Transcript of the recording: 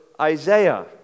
Isaiah